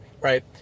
right